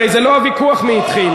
הרי זה לא הוויכוח, מי התחיל.